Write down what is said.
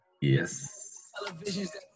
Yes